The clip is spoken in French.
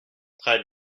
très